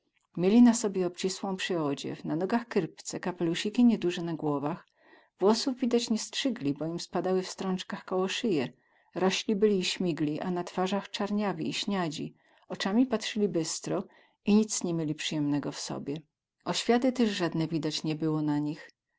mieli na sobie obcisłą przyodziew na nogach kyrpce kapelusiki nieduze na głowach włosów widać nie strzygli bo im spadały w strąckach koło syje rośli byli i śmigli a na twarzach carniawi i śniadzi ocami patrzyli bystro i nic ni mieli przyjemnego w sobie oświaty tyz zadne widać nie było na nich